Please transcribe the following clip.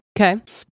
Okay